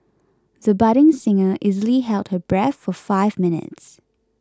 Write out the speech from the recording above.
the budding singer easily held her breath for five minutes